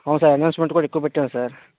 అవును sir announcement కూడా ఎక్కువ పెట్టాము సార్